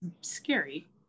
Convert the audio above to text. scary